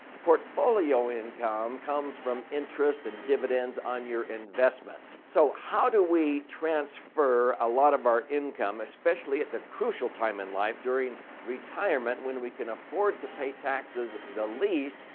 portfolio income comes from interest and dividends on your investments. so, how do we transfer a lot of our income especially at the crucial time in life during retirement when we can afford to pay taxes the least.